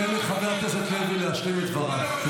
תן לחבר הכנסת לוי להשלים את דבריו.